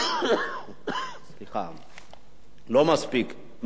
מדוע זה לא מספיק?